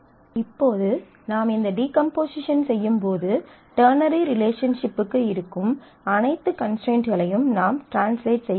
இப்போது நாம் இந்த டிகாம்போசிஷன் செய்யும்போது டெர்னரி ரிலேஷன்ஷிப்க்கு இருக்கும் அனைத்து கன்ஸ்ட்ரைண்ட்களையும் நாம் ட்ரான்ஸ்லேட் செய்ய வேண்டும்